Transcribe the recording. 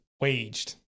waged